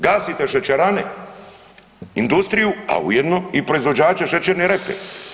Gasite šećerane, industriju a ujedno i proizvođače šećerne repe.